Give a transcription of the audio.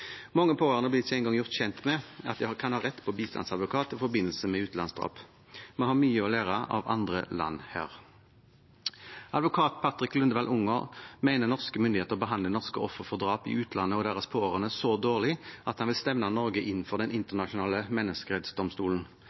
Mange pårørende blir ikke engang gjort kjent med at de kan ha rett på bistandsadvokat i forbindelse med utenlandsdrap. Vi har mye å lære av andre land her. Advokat Patrick Lundevall-Unger mener norske myndigheter behandler norske offer for drap i utlandet og deres pårørende så dårlig at han vil stevne Norge inn for den internasjonale menneskerettsdomstolen.